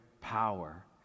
power